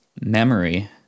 memory